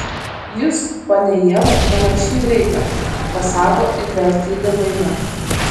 jūs ponia ieva panaši į vaiką pasako ir vėl tyli vaina